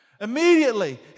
Immediately